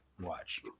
watch